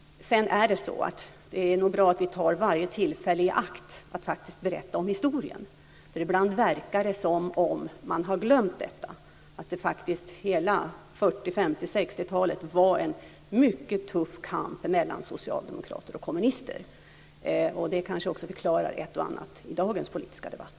Det är nog bra att vi tar varje tillfälle i akt att faktiskt berätta om historien. Ibland verkar det nämligen som om man har glömt att det faktiskt under hela 40-, 50 och 60-talet var en mycket tuff kamp mellan socialdemokrater och kommunister. Det kanske också förklarar ett och annat i dagens politiska debatt.